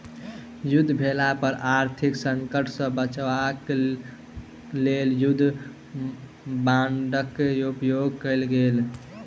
युद्ध भेला पर आर्थिक संकट सॅ बचाब क लेल युद्ध बांडक उपयोग कयल गेल